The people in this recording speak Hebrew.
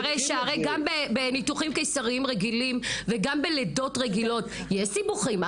הרי גם בניתוח קיסרי רגיל וגם בלידות רגילות יש סיבוכים,